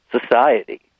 society